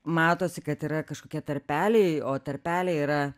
matosi kad yra kažkokie tarpeliai o tarpeliai yra